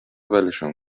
ولشون